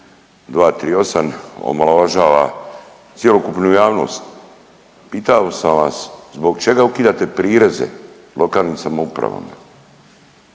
238. omalovažava cjelokupnu javnost. Pitao sam vas zbog čega ukidate prireze lokalnim samoupravama